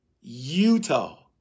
Utah